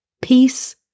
peace